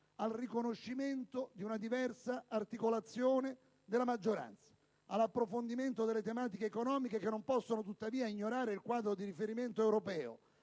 al riconoscimento di una diversa articolazione della maggioranza, all'approfondimento delle tematiche economiche, che non possono tuttavia ignorare il quadro di riferimento europeo.